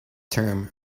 term